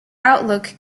outlook